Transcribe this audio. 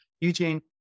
Eugene